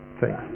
Thanks